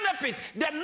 benefits